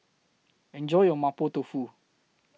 Enjoy your Mapo Tofu